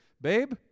Babe